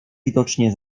widocznie